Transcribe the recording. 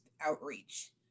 outreach